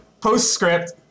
Postscript